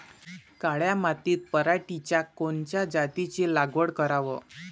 काळ्या मातीत पराटीच्या कोनच्या जातीची लागवड कराव?